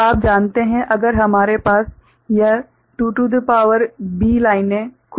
तो आप जानते हैं अगर हमारे पास यह 2 की शक्ति B लाइने कुल है